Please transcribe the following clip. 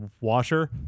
washer